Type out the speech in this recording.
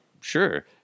Sure